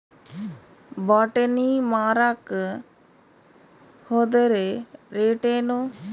ಬಟಾನಿ ಮಾರಾಕ್ ಹೋದರ ರೇಟೇನು?